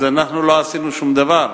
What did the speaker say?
אז לא עשינו שום דבר,